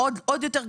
עוד יותר,